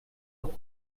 auch